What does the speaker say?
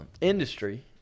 industry